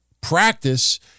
practice